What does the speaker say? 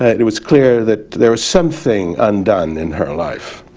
it was clear that there was something undone in her life.